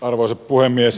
arvoisa puhemies